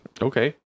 okay